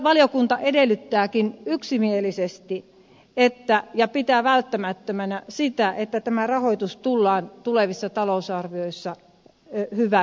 valiokunta edellyttääkin yksimielisesti ja pitää välttämättömänä sitä että tämä rahoitus tullaan tulevissa talousarvioissa hyväksymään